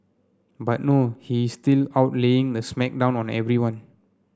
but no he is still out laying the smack down on everyone